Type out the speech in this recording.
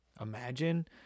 Imagine